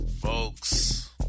folks